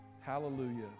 hallelujah